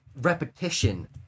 repetition